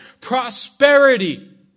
prosperity